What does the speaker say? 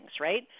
right